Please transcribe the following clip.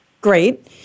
Great